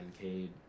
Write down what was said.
Cade